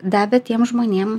davė tiem žmonėm